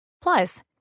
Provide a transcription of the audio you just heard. Plus